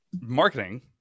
marketing